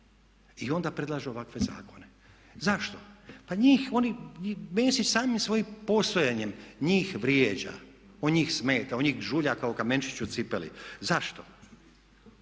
i onda predlažu ovakve zakone. Pa njih, oni, Mesić samim svojim postojanjem njih vrijeđa, on njih smeta, on njih žulja kao kamenčić u cipeli. Zašto?